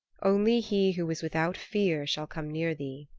only he who is without fear shall come near thee.